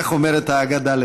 כך אומרת האגדה,